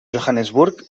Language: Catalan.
johannesburg